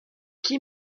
qui